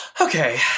Okay